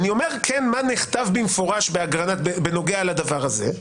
אני אומר מה נכתב במפורש באגרנט בנושא הזה.